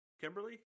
Kimberly